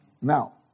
Now